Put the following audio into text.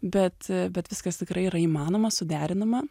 bet bet viskas tikrai yra įmanoma suderinama